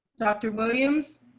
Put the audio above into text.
dr. williams.